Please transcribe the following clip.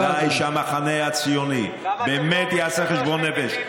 לכן כדאי שהמחנה הציוני באמת יעשה חשבון נפש,